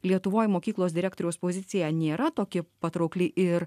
lietuvoj mokyklos direktoriaus pozicija nėra tokia patraukli ir